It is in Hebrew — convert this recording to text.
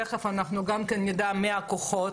תיכף אנחנו גם כן נדע מי הכוחות,